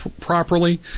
properly